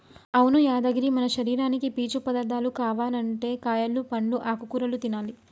అవును యాదగిరి మన శరీరానికి పీచు పదార్థాలు కావనంటే కాయలు పండ్లు ఆకుకూరలు తినాలి